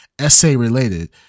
essay-related